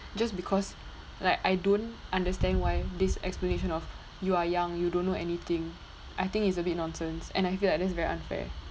just because like I don't understand why this explanation of you are young you don't know anything I think it's a bit nonsense and I feel like that's very unfair